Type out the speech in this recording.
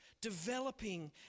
developing